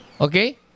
Okay